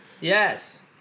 Yes